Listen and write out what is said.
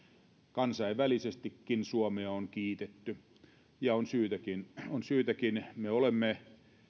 kansainvälisestikin suomea on kiitetty ja on syytäkin on syytäkin me olemme